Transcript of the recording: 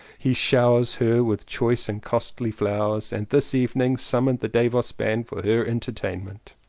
he showers her with choice and costly flowers and this evening summoned the davos band for her entertainment.